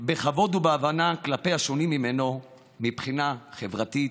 בכבוד ובהבנה כלפי השונים מהם מבחינה חברתית,